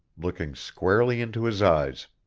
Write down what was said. looking squarely into his eyes.